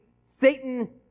Satan